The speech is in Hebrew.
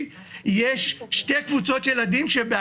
אם יורידו את המרווח יצטרכו גם